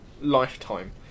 lifetime